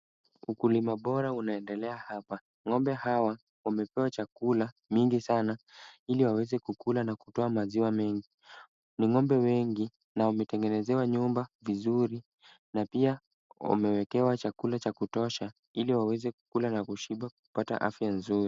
Ukulima bora unaendelea hapa. Ng'ombe hawa wamepewa chakula nyingi sana ili waweze kukula na kutoa maziwa mengi. Ni ng'ombe wengi na wametengenezewa nyumba vizuri na pia wamewekewa chakula cha kutosha, ili waweze kukula na kushiba na kupata afya nzuri.